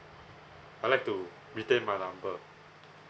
I'd like to retain my number